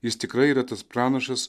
jis tikrai yra tas pranašas